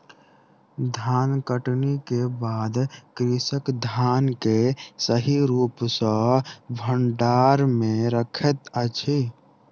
धानकटनी के बाद कृषक धान के सही रूप सॅ भंडार में रखैत अछि